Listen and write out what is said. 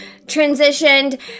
transitioned